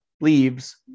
leaves